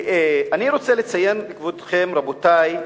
אני רוצה לציין, כבודכם, רבותי,